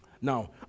Now